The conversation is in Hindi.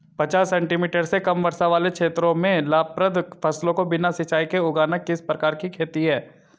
पचास सेंटीमीटर से कम वर्षा वाले क्षेत्रों में लाभप्रद फसलों को बिना सिंचाई के उगाना किस प्रकार की खेती है?